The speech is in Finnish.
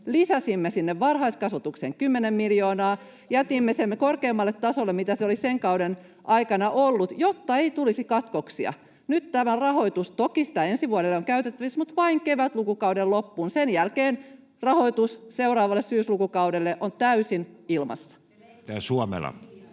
lisäsimme sinne varhaiskasvatukseen 10 miljoonaa, [Vasemmalta: Paljonko leikkasitte?] jätimme sen korkeimmalle tasolle, mitä se oli sen kauden aikana ollut, jotta ei tulisi katkoksia. Nyt tätä rahoitusta toki ensi vuodelle on käytettävissä, mutta vain kevätlukukauden loppuun. Sen jälkeen rahoitus seuraavalle syyslukukaudelle on täysin ilmassa. [Maria